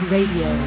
Radio